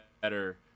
better